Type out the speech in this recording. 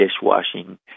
dishwashing